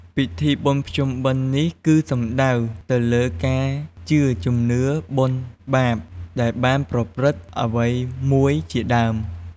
ពិធីបុណ្យភ្ជុំបិណ្យនេះគឺសំដៅទៅលើការជឿជំនឿ បុណ្យ បាប ដែលបានប្រព្រឺត្តអ្វីមួយជាដើម។